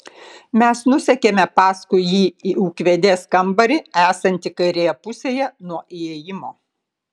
mes nusekėme paskui jį į ūkvedės kambarį esantį kairėje pusėje nuo įėjimo